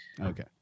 Okay